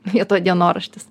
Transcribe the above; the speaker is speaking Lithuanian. vietoj dienoraštis